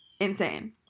insane